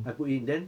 I put in then